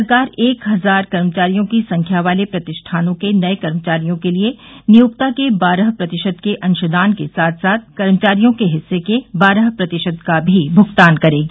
सरकार एक हजार कर्मचारियों की संख्या वाले प्रतिष्ठानों के नए कर्मचारियों के लिए नियोक्ता के बारह प्रतिशत के अंशदान के साथ साथ कर्मचारियों के हिस्से के बारह प्रतिशत का भी भुगतान करेगी